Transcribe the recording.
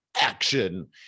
action